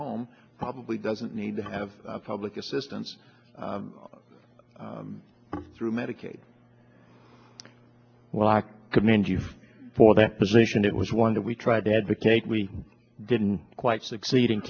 home probably doesn't need to have public assistance through medicaid well i commend you for that position it was one that we tried to advocate we didn't quite succeed in